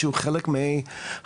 שהוא חלק מהמסלול.